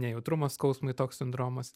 nejautrumas skausmui toks sindromas